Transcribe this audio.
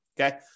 Okay